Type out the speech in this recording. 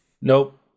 Nope